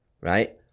right